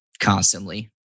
constantly